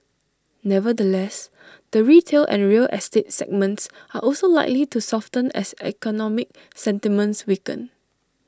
nevertheless the retail and real estate segments are also likely to soften as economic sentiments weaken